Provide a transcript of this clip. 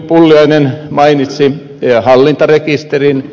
pulliainen mainitsi hallintarekisterin